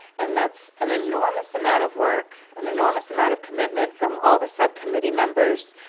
and that's an enormous amount of work, an enormous amount of commitment from all the subcommittee members,